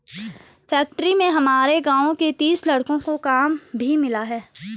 factory में हमारे गांव के तीस लड़कों को काम भी मिला है